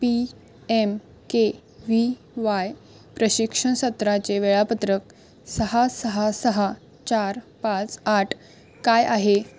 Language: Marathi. P M K V Y प्रशिक्षण सत्राचे वेळापत्रक सहा सहा सहा चार पाच आठ काय आहे